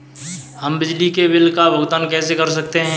हम बिजली के बिल का भुगतान कैसे कर सकते हैं?